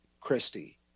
Christie